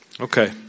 Okay